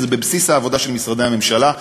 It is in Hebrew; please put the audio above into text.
וזה בבסיס העבודה של משרדי הממשלה.